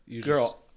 Girl